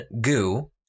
Goo